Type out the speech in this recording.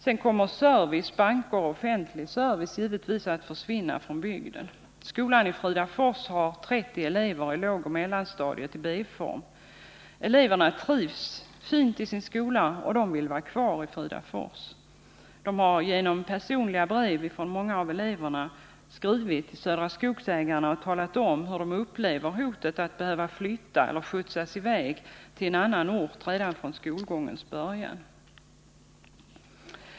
Sedan kommer service, banker och offentlig service givetvis att försvinna från bygden. Skolan i Fridafors har 30 elever i lågoch mellanstadiet i B-form. Eleverna trivs fint i sin skola och vill vara kvar i Fridafors. Många av eleverna har skrivit personliga brev till Södra Skogsägarna och talat om hur de upplever hotet att behöva flytta eller skjutsas i väg till en annan ort redan från skolgångens början.